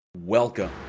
Welcome